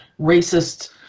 racist